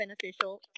beneficial